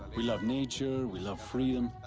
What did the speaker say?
we love nature, we love freedom.